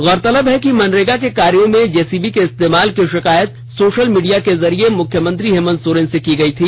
गौरतलब है कि मनरेगा के कार्यो में जेसीबी के इस्तेमाल की शिकायत सोशल मीडिया के जरिये मुख्यमंत्री हेमंत सोरेन से की गई थी